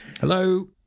hello